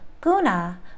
Guna